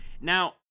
Now